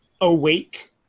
awake